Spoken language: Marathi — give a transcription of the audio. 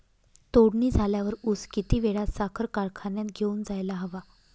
तोडणी झाल्यावर ऊस किती वेळात साखर कारखान्यात घेऊन जायला हवा?